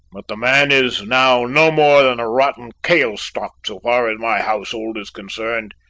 but the man is now no more than a rotten kail-stock so far as my household is concerned.